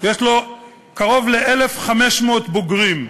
יש לו קרוב ל-1,500 בוגרים,